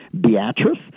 Beatrice